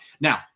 Now